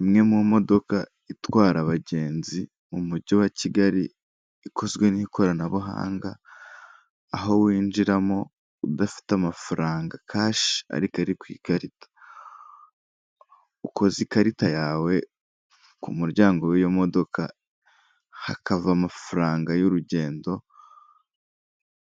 Imwe mu modoka itwara abagenzi mu mujyi wa Kigali ikozwe n'ikoranabuhanga, aho winjiramo udafite amafaranga kashi ariko ari ku ikarita. Ukoza ikarita yawe ku muryango w'iyo modoka, hakava amafaranga y'urugendo